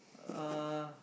uh